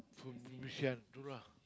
from Bishan itu lah